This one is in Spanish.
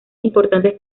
importante